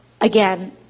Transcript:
again